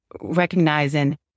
recognizing